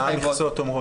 מה המכסות אומרות?